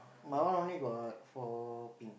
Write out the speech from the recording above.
my one only got four pin